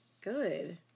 Good